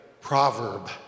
proverb